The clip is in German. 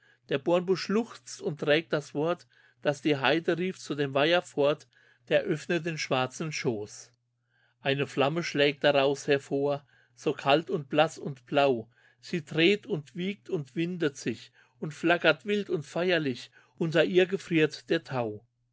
der bornbusch schluchzt und trägt das wort das die heide rief zu dem weiher fort der öffnet den schwarzen schoß eine flamme schlägt daraus hervor so kalt und blaß und blau sie dreht und wiegt und windet sich und flackert wild und feierlich unter ihr gefriert der tau